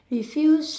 refuse